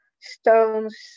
stones